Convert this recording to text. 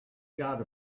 got